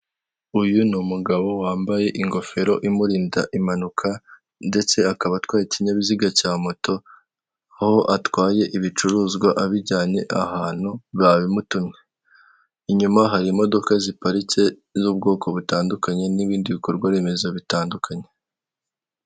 Mu muhanda, indabyo, amapoto, ibiti, imikindo, imodoka insinga.